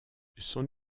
son